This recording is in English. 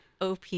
OP